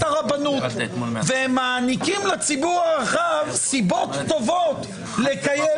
הרבנות" והם מעניקים לציבור הרחב סיבות טובות לקיים